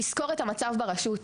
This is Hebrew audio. לזכור את המצב ברשות.